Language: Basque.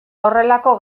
horrelako